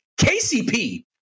kcp